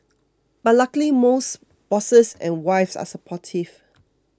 but luckily most bosses and wives are supportive